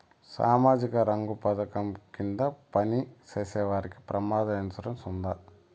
సామాజిక రంగ పథకం కింద పని చేసేవారికి ప్రమాద ఇన్సూరెన్సు ఉందా?